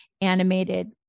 animated